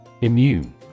Immune